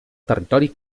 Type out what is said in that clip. territori